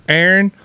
Aaron